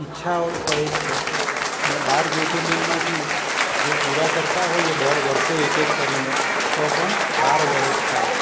ઈચ્છા હોય છે અને બાર જ્યોતિર્લિંગમાંથી જો પૂરા કરતાં હોઈએ દર વર્ષે એક એક કરીને તો પણ બાર વરસ થાય